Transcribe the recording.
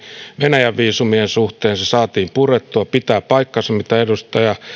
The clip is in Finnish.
venäjän viisumien suhteen se saatiin purettua pitää paikkansa mitä edustaja